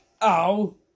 Ow